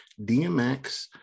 DMX